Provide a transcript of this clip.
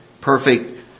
perfect